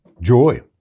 joy